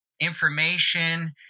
information